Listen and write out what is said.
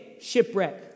shipwreck